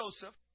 Joseph